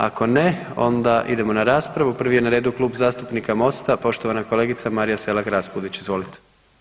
Ako ne onda idemo na raspravu, prvi je na redu Klub zastupnika MOST-a, poštovana kolegica Marija Selak Raspudić, izvolite.